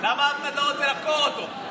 למה אף אחד לא רוצה לחקור אותו?